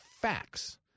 facts